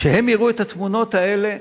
כשהם יראו את התמונות האלה,